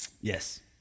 Yes